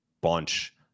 bunch